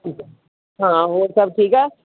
ਠੀਕ ਹੈ ਹਾਂ ਹੋਰ ਸਭ ਠੀਕ ਹੈ